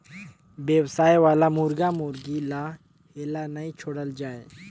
बेवसाय वाला मुरगा मुरगी ल हेल्ला नइ छोड़ल जाए